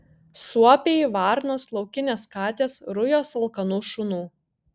suopiai varnos laukinės katės rujos alkanų šunų